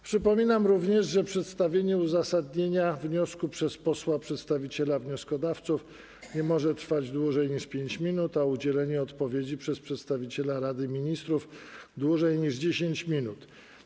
Przypominam również, że przedstawienie uzasadnienia wniosku przez posła przedstawiciela wnioskodawców nie może trwać dłużej niż 5 minut, a udzielnie odpowiedzi przez przedstawiciela Rady Ministrów - dłużej niż 10 minut.